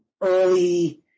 early